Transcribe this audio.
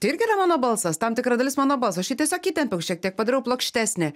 tai irgi yra mano balsas tam tikra dalis mano balso aš jį tiesiog įtempiau šiek tiek padariau plokštesnį